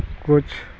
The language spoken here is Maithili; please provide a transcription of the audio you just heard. किछु